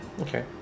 okay